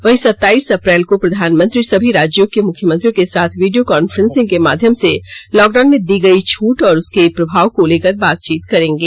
वहीं सताइस अप्रैल को प्रधानमंत्री सभी राज्यों के मुख्यमंत्रियों के साथ वीडियो कॉन्फ्रेंसिंग के माध्यम से लॉकडाउन में दी की छूट और उसके प्रभाव को लेकर बातचीत करेंगे